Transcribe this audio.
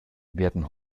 werden